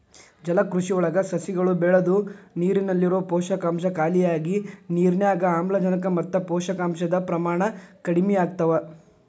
ಜಲಕೃಷಿಯೊಳಗ ಸಸಿಗಳು ಬೆಳದು ನೇರಲ್ಲಿರೋ ಪೋಷಕಾಂಶ ಖಾಲಿಯಾಗಿ ನಿರ್ನ್ಯಾಗ್ ಆಮ್ಲಜನಕ ಮತ್ತ ಪೋಷಕಾಂಶದ ಪ್ರಮಾಣ ಕಡಿಮಿಯಾಗ್ತವ